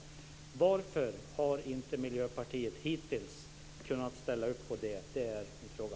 Varför har inte Miljöpartiet hittills kunnat ställa upp på det? Det är min fråga.